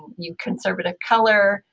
you conserve it a color,